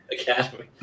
academy